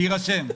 שיירשם.